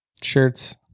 shirts